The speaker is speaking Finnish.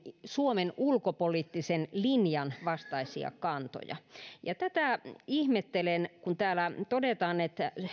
suomen ulkopoliittisen linjan vastaisia kantoja ja tätä ihmettelen kun täällä todetaan että